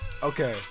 Okay